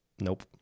Nope